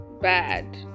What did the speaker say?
bad